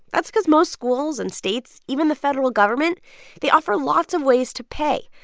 that's because most schools and states even the federal government they offer lots of ways to pay,